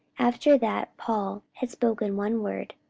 after that paul had spoken one word,